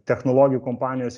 technologijų kompanijos